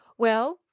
well,